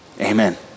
Amen